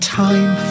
time